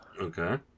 Okay